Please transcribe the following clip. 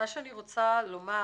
מה שאני רוצה לומר,